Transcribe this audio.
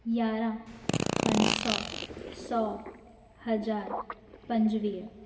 यारहां पंज सौ सौ हज़ार पंजवीह